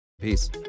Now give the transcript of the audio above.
Peace